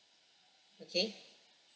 okay